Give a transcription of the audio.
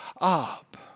up